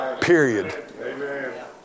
period